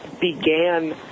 Began